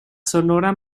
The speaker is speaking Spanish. sonora